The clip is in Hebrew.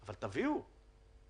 אבל תביאו,